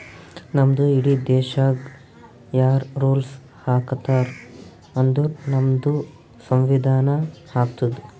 ನಮ್ದು ಇಡೀ ದೇಶಾಗ್ ಯಾರ್ ರುಲ್ಸ್ ಹಾಕತಾರ್ ಅಂದುರ್ ನಮ್ದು ಸಂವಿಧಾನ ಹಾಕ್ತುದ್